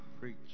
Preach